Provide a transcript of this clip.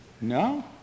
No